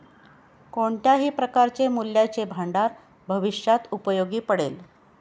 कोणत्याही प्रकारचे मूल्याचे भांडार भविष्यात उपयोगी पडेल